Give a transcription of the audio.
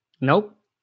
Nope